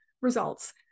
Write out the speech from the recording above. results